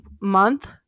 month